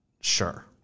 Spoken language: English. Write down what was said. Sure